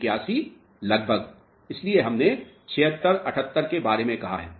81 लगभग इसलिए हमने 76 78 के बारे में कहा है